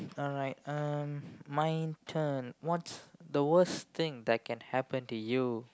alright um my turn what's the worst thing that can happen to you